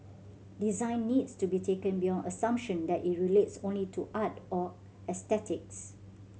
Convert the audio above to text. design needs to be taken beyond the assumption that it relates only to art or aesthetics